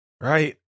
Right